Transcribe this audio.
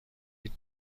لیتر